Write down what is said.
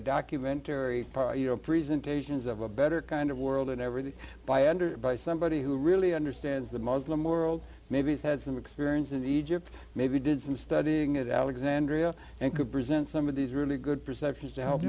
know presentations of a better kind of world and everything by under by somebody who really understands the muslim world maybe had some experience in egypt maybe did some studying at alexandria and could present some of these really good perceptions to help